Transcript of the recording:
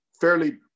fairly